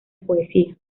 poesía